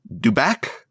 dubak